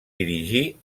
dirigir